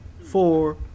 four